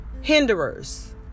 hinderers